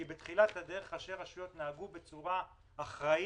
בתחילת הדרך ראשי רשויות נהגו בצורה אחראית